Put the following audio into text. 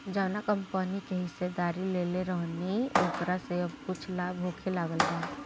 जावना कंपनी के हिस्सेदारी लेले रहनी ओकरा से अब कुछ लाभ होखे लागल बा